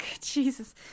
Jesus